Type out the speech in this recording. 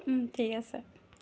ঠিক আছে